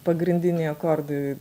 pagrindiniai akordai